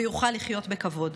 ויוכל לחיות בכבוד?